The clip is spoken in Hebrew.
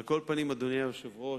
אדוני היושב-ראש,